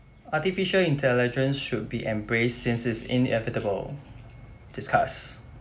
artificial intelligence should be embraced since it's inevitable discuss